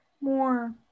more